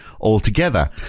altogether